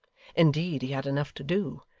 indeed he had enough to do,